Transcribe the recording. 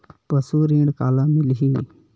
पशु ऋण काला मिलही?